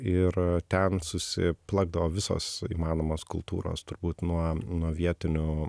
ir ten susiplakdavo visos įmanomos kultūros turbūt nuo nuo vietinių